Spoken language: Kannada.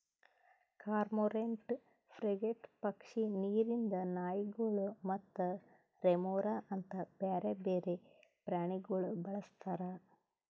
ಕಾರ್ಮೋರೆಂಟ್, ಫ್ರೆಗೇಟ್ ಪಕ್ಷಿ, ನೀರಿಂದ್ ನಾಯಿಗೊಳ್ ಮತ್ತ ರೆಮೊರಾ ಅಂತ್ ಬ್ಯಾರೆ ಬೇರೆ ಪ್ರಾಣಿಗೊಳ್ ಬಳಸ್ತಾರ್